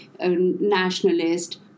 nationalist